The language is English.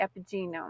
epigenome